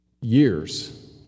years